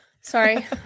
Sorry